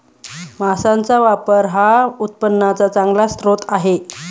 मांसाचा व्यापार हा उत्पन्नाचा चांगला स्रोत आहे